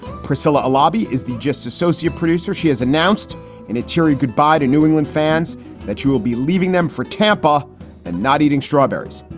priscilla, a lobby is just associate producer, she has announced in a cheery goodbye to new england fans that she will be leaving them for tampa and not eating strawberries.